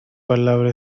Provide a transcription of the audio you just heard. palabra